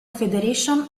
federation